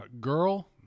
Girl